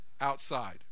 outside